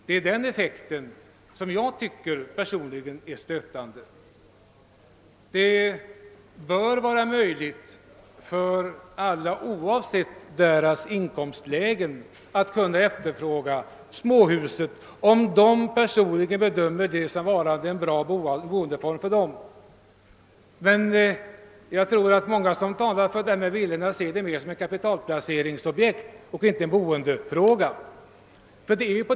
Det är den effekten jag personligen tycker är stötande. Det bör vara möjligt för alla, oavsett deras inkomstläge, att kunna efterfråga småhuset, om vederbörande personligen bedömer det som varande en bra boendeform. Men jag tror att många som talar för villorna ser det mera som ett kapitalplaceringsobjekt och inte som en boendefråga.